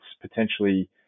potentially